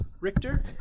Richter